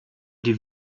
die